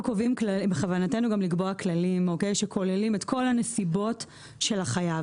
בכוונתנו גם לקבוע כללים שכוללים את כל הנסיבות של החייב.